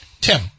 TIM